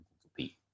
compete